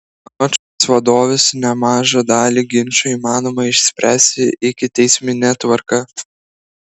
anot šalies vadovės nemažą dalį ginčų įmanoma išspręsti ikiteismine tvarka